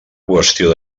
qüestió